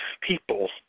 people